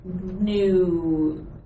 new